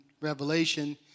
Revelation